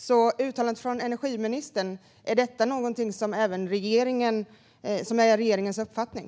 Är uttalandet från energiministern även regeringens uppfattning?